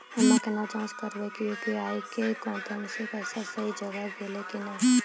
हम्मय केना जाँच करबै की यु.पी.आई के माध्यम से पैसा सही जगह गेलै की नैय?